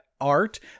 art